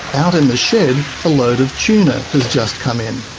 out in the shed, a load of tuna has just come in.